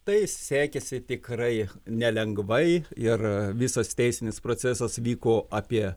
tai sekėsi tikrai nelengvai ir visas teisinis procesas vyko apie